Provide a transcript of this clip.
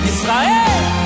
Israel